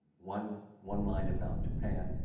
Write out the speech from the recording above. one one line about japan,